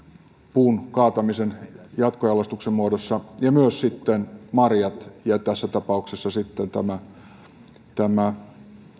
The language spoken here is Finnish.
puun kaatamisen jatkojalostuksen muodossa ja myös marjat ja tässä tapauksessa tämä